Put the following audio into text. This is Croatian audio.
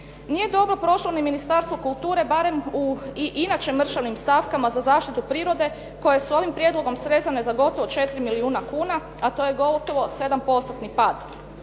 Nije dobro prošlo ni Ministarstvo kulture barem u i inače mršavim stavkama za zaštitu prirode koje su ovim prijedlogom srezane za gotovo 4 milijuna kuna a to je gotovo 7